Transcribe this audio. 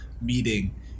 meeting